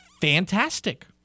fantastic